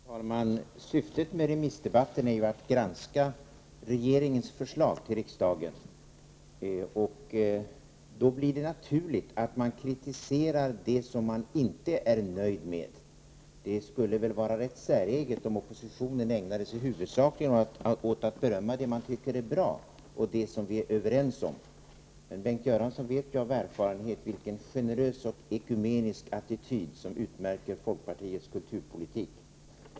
Herr talman! Syftet med remissdebatten är ju att granska regeringens förslag till riksdagen, och då blir det naturligt att man kritiserar det som man inte är nöjd med. Det skulle väl vara rätt säreget om oppositionen huvudsakligen ägnade sig åt att berömma det som man tycker är bra och det som vi är överens om? Bengt Göransson vet ju av erfarenhet vilken generös och ekumenisk attityd som utmärker folkpartiets kulturpolitik.